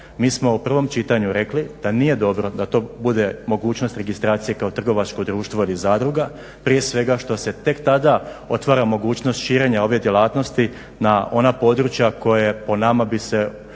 Mi smo u prvom čitanju rekli da nije dobro da to bude mogućnost registracije kao trgovačko društvo ili zadruga prije svega što se tek tada otvara mogućnost širenja ove djelatnosti na ona područja koja bi se